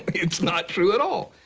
it's not true at all!